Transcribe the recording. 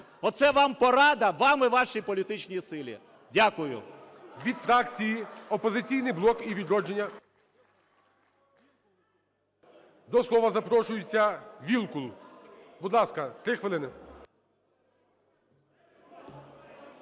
Оце вам порада, вам і вашій політичній силі. Дякую.